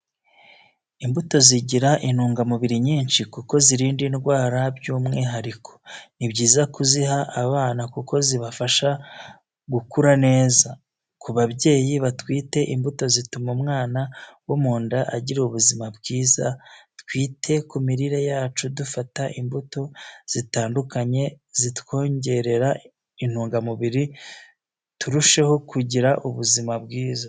Imbuto zigira intungamuburi nyishi kuko zirinda indwara byumwihariko, ni byiza kuziha abana kuko zibafasha gukura neza, ku babyeyi batwite imbuto zituma umwana wo mu nda agira ubuzima bwiza, twite ku mirire yacu dufata imbuto zitandukanye zitwongerera intungamubiri turusheho kugira ubuzima bwiza.